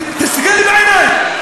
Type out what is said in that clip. תסתכל לי בעיניים.